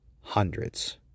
Hundreds